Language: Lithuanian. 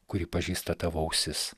kurį pažįsta tavo ausis